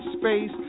space